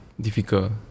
Difficult